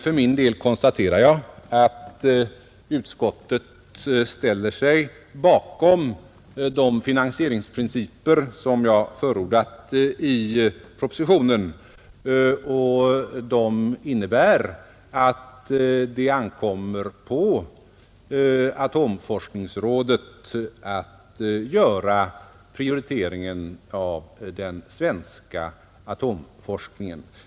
För min del konstaterar jag bara att utskottet har ställt sig bakom de finansieringsprinciper som jag förordat i propositionen och som innebär att det ankommer på atomforskningsrådet att göra prioriteringen av den svenska atomforskningen.